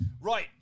Right